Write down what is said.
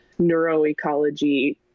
neuroecology